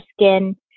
skin